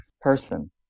person